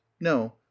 no